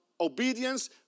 obedience